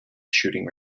shooting